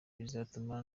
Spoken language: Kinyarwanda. bizatuma